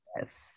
Yes